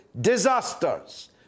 disasters